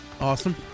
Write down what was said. Awesome